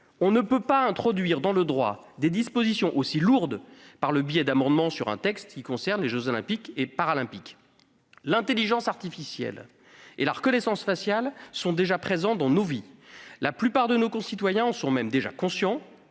On ne peut introduire dans le droit positif des dispositions aussi lourdes par le biais d'amendements à un texte qui concerne les jeux Olympiques et Paralympiques. L'intelligence artificielle et la reconnaissance faciale sont déjà présentes dans nos vies, la plupart de nos concitoyens en sont conscients.